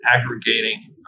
aggregating